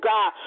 God